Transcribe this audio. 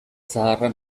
zaharra